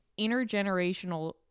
intergenerational